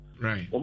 Right